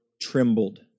trembled